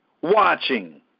watching